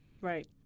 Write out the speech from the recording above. Right